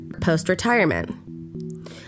post-retirement